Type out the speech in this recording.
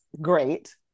great